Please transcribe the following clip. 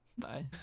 Bye